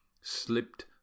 slipped